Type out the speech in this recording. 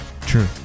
true